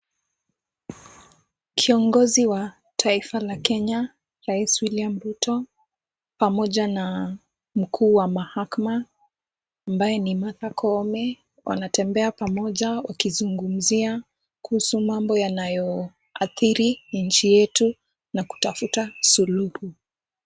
Kiongozi wa taifa la kenya, Rais William Ruto, pamoja na Mkuu wa mahakama ambaye ni Martha Koome, wanatembea pamoja wakizungumzia kuhusu mambo yanayoadhiri nchi yetu, na kutafuta suluhu.